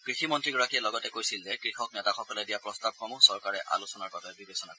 কৃষিমন্ত্ৰীগৰাকীয়ে লগতে কৈছিল যে কৃষক নেতাসকলে দিয়া প্ৰস্তাৱসমূহ চৰকাৰে আলোচনাৰ বাবে বিবেচনা কৰিব